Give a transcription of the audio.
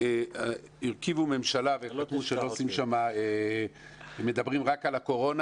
הרכיבו ממשלה והחלטנו שמדברים רק על הקורונה